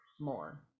more